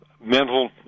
mental